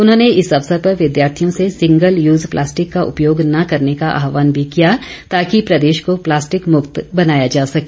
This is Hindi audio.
उन्होंने इस अवसर पर विद्यार्थियों से सिंगल यूज प्लास्टिक का उपयोग न करने का आहवान भी किया ताकि प्रदेश को प्लास्टिक मुक्त बनाया जा सके